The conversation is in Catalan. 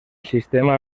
sistema